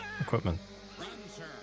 equipment